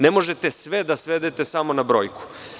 Ne možete sve da svedete na brojku.